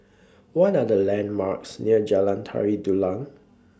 What Are The landmarks near Jalan Tari Dulang